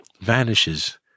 vanishes